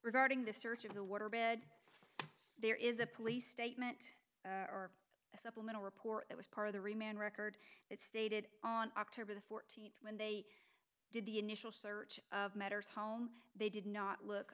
regarding the search of the water bed there is a police statement or a supplemental report that was part of the remain record that stated on october the fourteenth when they did the initial search of matters home they did not look